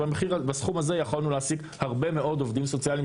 בסכום הזה יכולנו להעסיק הרבה מאוד עובדים סוציאליים